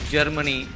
Germany